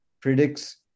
predicts